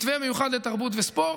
מתווה מיוחד לתרבות וספורט,